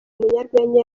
munyarwenya